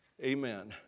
Amen